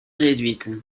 réduite